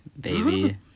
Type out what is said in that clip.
baby